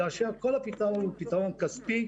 כאשר כל הפתרון הוא פתרון כספי,